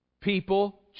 People